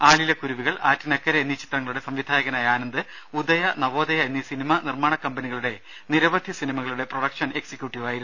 ആലില കുരുവികൾ ആറ്റിനക്കരെ എന്നീ ചിത്രങ്ങളുടെ സംവിധായകനായ ആനന്ദ് ഉദയ നവോദയ എന്നീ സിനിമാ നിർമ്മാണ കമ്പനികളുടെ നിരവധി സിനിമകളുടെ പ്രൊഡക്ഷൻ എക്സിക്യൂട്ടീവായിരുന്നു